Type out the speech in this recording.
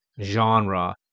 genre